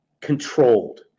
controlled